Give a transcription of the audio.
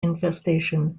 infestation